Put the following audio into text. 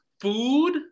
food